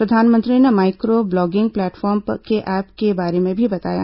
प्रधानमंत्री ने micro blogging platform के ऐप के बारे में भी बताया